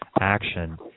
action